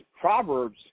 Proverbs